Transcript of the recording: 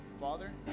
Father